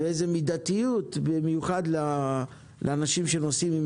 ואיזה מידתיות במיוחד לאנשים שנוסעים עם